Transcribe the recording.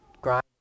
grind